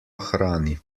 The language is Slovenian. hrani